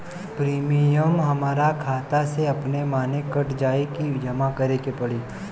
Premium हमरा खाता से अपने माने कट जाई की जमा करे के पड़ी?